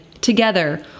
together